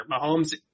Mahomes